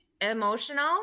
emotional